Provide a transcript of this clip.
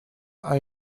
are